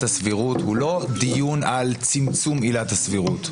הסבירות הוא לא דיון על צמצום עילת הסבירות,